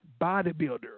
bodybuilder